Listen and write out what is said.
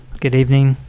good evening.